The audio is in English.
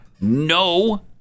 No